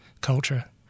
culture